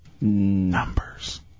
Numbers